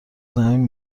زمین